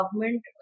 government